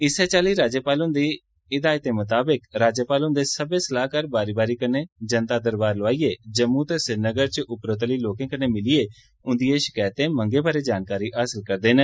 इस्सै चाल्ली राज्यपाल हुन्दी हिदायतें मताबक राज्यपाल हुन्दे सब्बै सलाह्कार बारी बारी कन्नै जनता दरबार लोआईयें जम्मू ते श्रीनगर च उप्परोतली लोकें कन्नै मिलिये उन्दियें शकैतें मंगें बारै जानकारी हासल करदे न